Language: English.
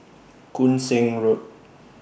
Koon Seng Road